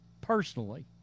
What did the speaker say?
personally